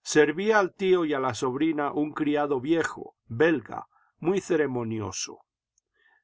servía al tío y a la sobrina un criado viejo belga muy ceremonioso